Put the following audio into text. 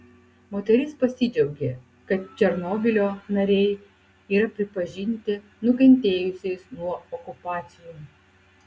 moteris pasidžiaugė kad černobylio nariai yra pripažinti nukentėjusiais nuo okupacijų